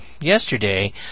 yesterday